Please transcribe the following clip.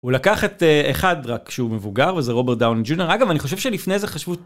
הוא לקח את אחד רק כשהוא מבוגר, וזה רוברט דאוני ג'וניור. אגב, אני חושב שלפני איזה חשבו...